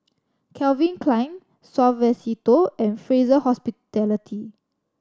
Calvin Klein Suavecito and Fraser Hospitality